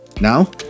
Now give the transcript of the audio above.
Now